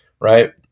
right